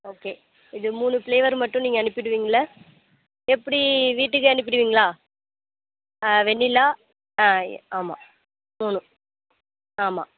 okay இது மூணு flavour மட்டும் நீங்கள் அனுப்பிடுவீங்கள்ல எப்படி வீட்டுக்கே அனுப்பிடுவீங்களா ஆ வெண்ணிலா ஆ ஆமாம் மூணு ஆமாம்